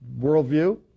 worldview